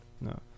No